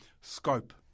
scope